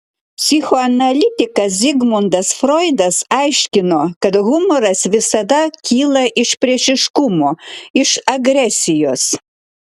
psichoanalitikas zigmundas froidas aiškino kad humoras visada kyla iš priešiškumo iš agresijos